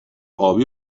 ابی